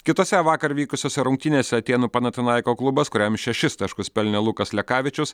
kitose vakar vykusiose rungtynėse atėnų panatinaiko klubas kuriam šešis taškus pelnė lukas lekavičius